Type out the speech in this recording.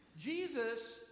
Jesus